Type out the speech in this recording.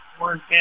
working